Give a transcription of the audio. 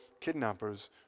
kidnappers